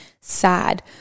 sad